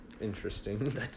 Interesting